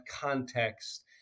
context